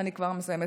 אני כבר מסיימת.